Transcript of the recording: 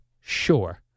Sure